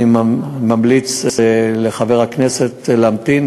אני ממליץ לחבר הכנסת להמתין.